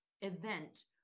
event